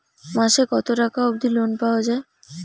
মাসে কত টাকা অবধি লোন পাওয়া য়ায়?